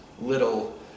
little